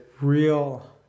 real